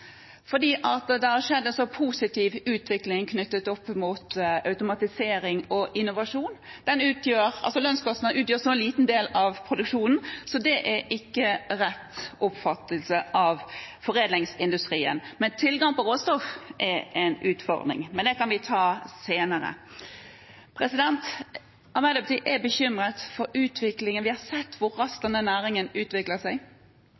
fordi det har skjedd en så positiv utvikling knyttet til automatisering og innovasjon. Lønnskostnadene utgjør en så liten del av produksjonen, så det er ikke rett oppfattelse av foredlingsindustrien. Tilgang på råstoff er en utfordring, men det kan vi ta senere. Arbeiderpartiet er bekymret for utviklingen. Vi har sett hvor raskt denne næringen utvikler seg.